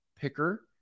picker